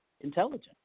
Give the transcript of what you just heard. intelligent